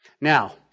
Now